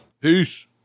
Peace